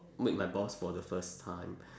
meet my boss for the first time